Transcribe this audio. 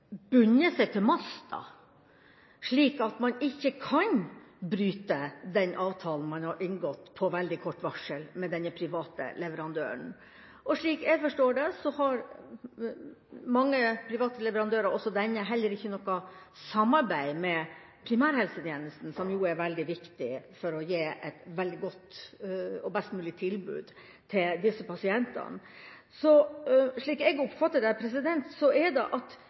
bundet seg til masta, slik at man ikke på veldig kort varsel kan bryte den avtalen man har inngått med denne private leverandøren. Slik jeg forstår det, har mange private leverandører – også denne – heller ikke noe samarbeid med primærhelsetjenesten, som jo er veldig viktig for å gi et veldig godt og best mulig tilbud til disse pasientene. Så slik jeg oppfatter det, fanger bordet. Det er et eller annet med regelverket som gjør at